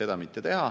seda mitte teha.